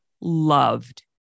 loved